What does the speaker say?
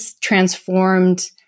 transformed